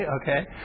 Okay